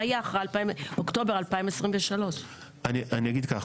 מה יהיה אחרי אוקטובר 2023. אני אגיד כך,